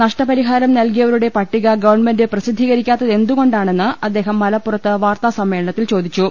നഷ്ടപരിഹാരം നൽകിയവരുടെ പട്ടിക ഗവൺമെന്റ് പ്രസിദ്ധീകരിക്കാത്തെന്തുകൊണ്ടാണെന്ന് അദ്ദേഹം മലപ്പുറത്ത് വാർത്താസമ്മേളനത്തിൽ ചോദിച്ചു